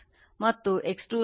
ಮತ್ತು X2 ಸೇರಿಸಿದರೆ ಅದು 0